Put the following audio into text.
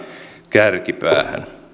kärkipäähän